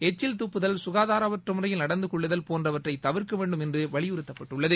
எச்சில் துப்புதல் சுகாதாரமற்ற முறையில் நடந்து கொள்ளுதல் போன்றவற்றைத் தவிர்க்கவேண்டும் என்று வலியுறுத்தப்பட்டுள்ளது